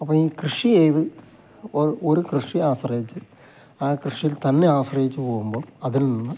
അപ്പോൾ ഈ കൃഷി ചെയ്ത് ഒരു കൃഷിയെ ആശ്രയിച്ചു ആ കൃഷിയിൽ തന്നെ ആശ്രയിച്ചു പോവുമ്പം അതിൽ നിന്ന്